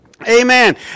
Amen